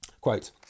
Quote